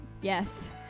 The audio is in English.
Yes